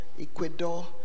Ecuador